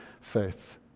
faith